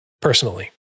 Personally